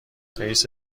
رییس